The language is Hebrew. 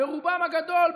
ברובם הגדול,